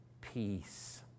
peace